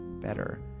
better